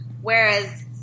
whereas